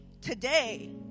today